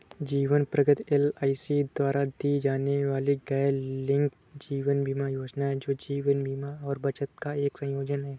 जीवन प्रगति एल.आई.सी द्वारा दी जाने वाली गैरलिंक्ड जीवन बीमा योजना है, जो जीवन बीमा और बचत का एक संयोजन है